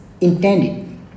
intended